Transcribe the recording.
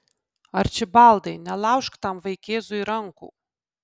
arčibaldai nelaužk tam vaikėzui rankų